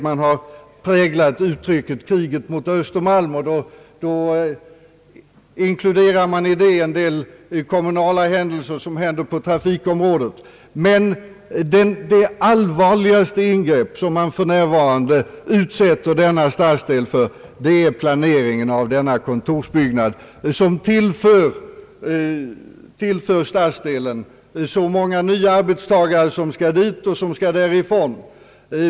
Man har präglat uttrycket »kriget mot Östermalm», och då inkluderar man i detta uttryck en del kommunala händelser på trafikområdet. Men det allvarligaste ingrepp som man för närvarande utsätter denna stadsdel för är planeringen av denna kontorsbyggnad som tillför stadsdelen så många nya arbetstagare som skall åka till och från.